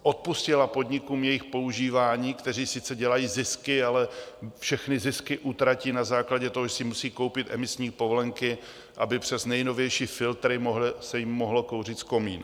Odpustila podnikům jejich používání, které sice dělají zisky, ale všechny zisky utratí na základě toho, že si musí koupit emisní povolenky, aby přes nejnovější filtry se jim mohlo kouřit z komína?